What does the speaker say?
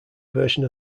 version